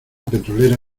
petrolera